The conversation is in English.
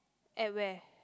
at where